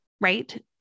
right